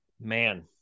Man